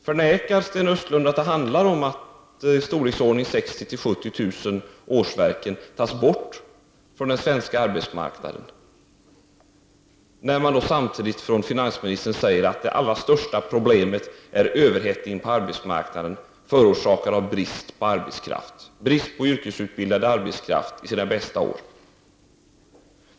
Förnekar Sten Östlund att det handlar om att 60 000 å 70 000 årsverken tas bort från den svenska arbetsmarknaden? Samtidigt säger finansministern att det allra största problemet är överhettningen på arbetsmarknaden, förorsakad av brist på yrkesutbildad arbetskraft i sina bästa år.